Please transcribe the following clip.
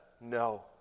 no